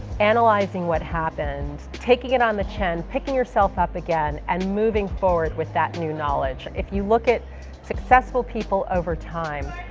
analyzing what happened, taking it on the chin, picking yourself up again and moving forward with that new knowledge. if you look at successful people over time,